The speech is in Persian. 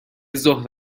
ظهر